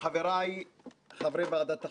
חבריי חברי ועדת החקירה,